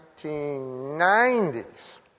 1990s